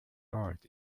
art